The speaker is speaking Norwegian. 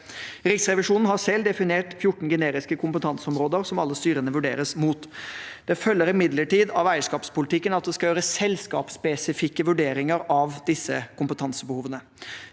Riksrevisjonen har selv definert 14 generiske kompetanseområder som alle styrene vurderes mot. Det følger imidlertid av eierskapsmeldingen at det skal gjøres selskapsspesifikke vurderinger av disse kompetansebehovene.